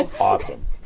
awesome